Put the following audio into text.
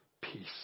peace